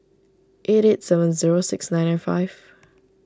eight eight seven zero six nine nine five